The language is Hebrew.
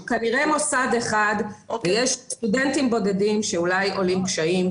אז יש כנראה מוסד אחד ויש סטודנטים בודדים שאולי עולים קשיים,